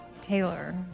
Taylor